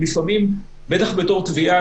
בטח בתור תביעה